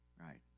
Right